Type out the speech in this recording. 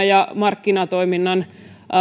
ja markkinatoiminta